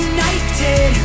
United